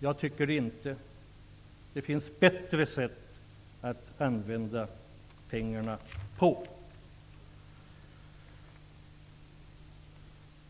Jag tycker inte det. Det finns bättre sätt att använda pengarna på.